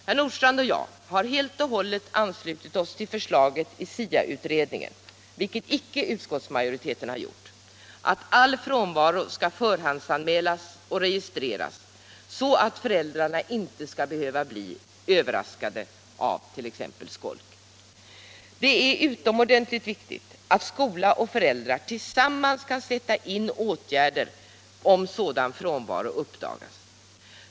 Herr Nordstrandh och jag har helt och hållet anslutit oss till förslaget i SIA-utredningen — vilket inte utskottsmajoriten har gjort — att all frånvaro skall förhandsanmälas och registreras, så att föräldrarna inte skall behöva bli överraskade av t.ex. skolk. Det är utomordentligt viktigt att skolan och föräldrarna tillsammans kan sätta in åtgärder, om frånvaro utan skäl uppdagas.